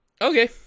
Okay